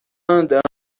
andando